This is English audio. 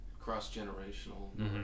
cross-generational